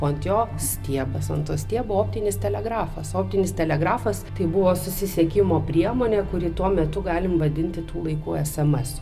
o ant jo stiebas ant stiebo optinis telegrafas optinis telegrafas tai buvo susisiekimo priemonė kuri tuo metu galim vadinti tų laikų es em esu